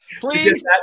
Please